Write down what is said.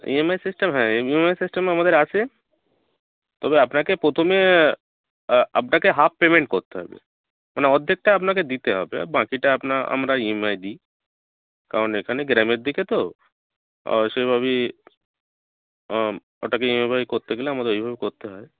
E M I system হ্যাঁ EMI system আমাদের আছে তবে আপনাকে প্রথমে আপনাকে হাফ পেমেন্ট করতে হবে মানে অর্ধেকটা আপনাকে দিতে হবে বাকিটা আপনার আমরা ই এম আই দিই কারণ এখানে গ্রামের দিকে তো সেভাবেই ওটাকে ই এম আই করতে গেলে আমাদের ওইভাবে করতে হয়